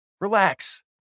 Relax